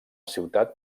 ciutat